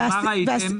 ומה ראיתם?